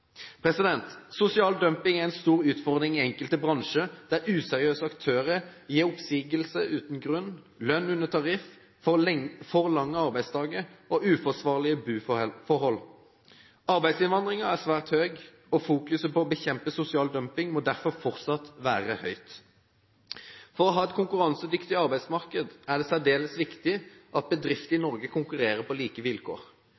meg. Sosial dumping er en stor utfordring i enkelte bransjer, der useriøse aktører gir oppsigelser uten grunn, lønn under tariff, for lange arbeidsdager og uforsvarlige boforhold. Arbeidsinnvandringen er svært høy, og fokuseringen på å bekjempe sosial dumping må derfor fortsatt være stor. For å ha et konkurransedyktig arbeidsmarked er det særdeles viktig at bedrifter i Norge konkurrerer på like vilkår.